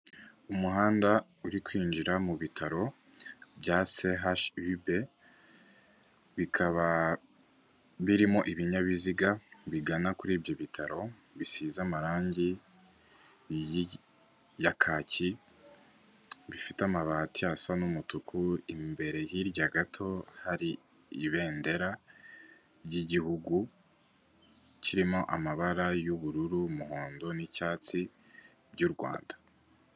Umuhanda uri kwinjira mu bitaro bya CHUB, bikaba birimo ibinyabiziga bigana kuri ibyo bitaro, bisize amarangi ya kacyi, bifite amabati asa n'umutuku, imbere hirya gato hari ibendera ry'igihugu kirimo amabara y'ubururu, umuhondo n'icyatsi by'u Rwanda.